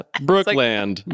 Brooklyn